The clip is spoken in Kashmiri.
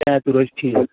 ڈایٹ تہِ روزِ ٹھیٖک